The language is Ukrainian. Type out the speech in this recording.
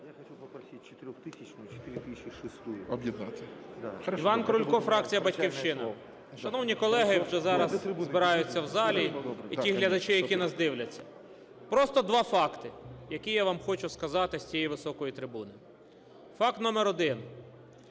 Іван Крулько, фракція "Батьківщина". Шановні колеги, вже зараз збираються в залі, і ті глядачі, які нас дивляться. Просто два факти, які я вам хочу сказати з цієї високої трибуни. Факт номер один.